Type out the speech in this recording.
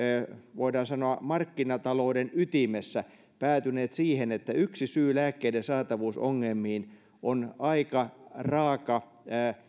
voidaan sanoa markkinatalouden ytimessä päätyneet siihen että yksi syy lääkkeiden saatavuusongelmiin on aika raaka